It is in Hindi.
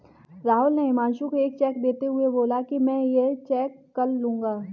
राहुल ने हुमांशु को एक चेक देते हुए बोला कि मैं ये चेक कल लूँगा